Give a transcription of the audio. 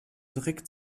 direkt